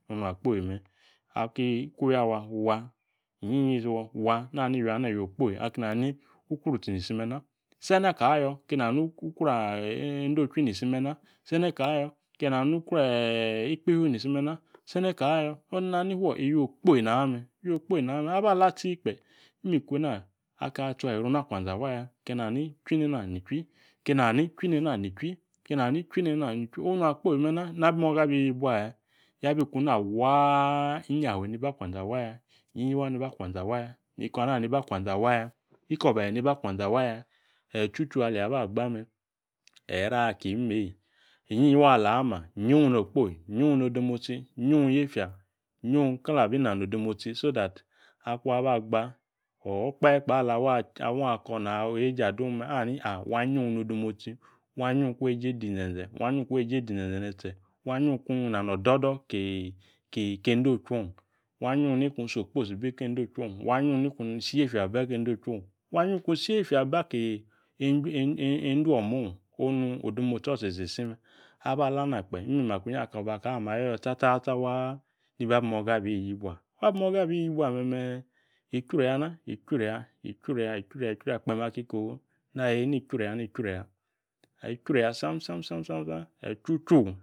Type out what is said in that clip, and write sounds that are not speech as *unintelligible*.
. Onu akpoyi me̱ *unintelligible* nani iywi ana iywi okpo. Akeni ukwro utsi nisi meme na sene ka ayo akeni ukwro enolichwi sene kayo akeni *hesitation* ukwro ikpifio ni isi me̱ma sene ka ayo onu nani fuo iywi okpo na me̱ Ala tsi kpe̱ aka tsuayieru na kwenze awaya *unintelligible* yabi ku na waa inyafe niba akwe̱nze̱ awaya inyiyi waa niba kwe̱nze̱ awaya ekana niba akwenze awaya ikobahe niba akwanze̱ awa ya. Eeyi chuchu aleeyi aba gba me̱ eeyi raa ki imime eeyi inyiyi waa ala ama yung no okpoyi yung nodemotsi yung niefya yung kalung abi nano odemotsi so that akung aba gba okpahe kpa ala *hesitation* awung ako̱ na weeje adung me ani *unintelligible* wa yung nodemotsi. Wa yung kung weeje di inzeze wa yung kuyg nano̱ o̱do̱de *hesitation* ki e̱nde ochusi ong wa yumg kuna isi okposi bi e̱nde̱ ochwi ong wa yumg kung isi yiefya ba ke̱nde̱ ochwi ong wa yung ni ku isi yiefy a ba *hesitation* kende woma ona. onu nodemotsio tsitsi isi me̱ *unintelligible* Eeyi chichu